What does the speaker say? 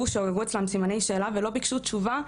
שעוררו אצלם סימני שאלה ולא ביקשו תשובה,